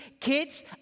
kids